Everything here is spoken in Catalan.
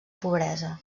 pobresa